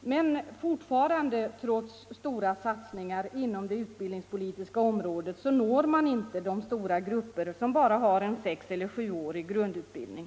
Men fortfarande — trots stora satsningar inom det utbildningspolitiska området — når man inte de stora grupper som bara har en 6-årig eller 7-årig grundutbildning.